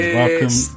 welcome